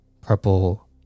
purple